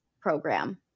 program